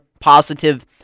positive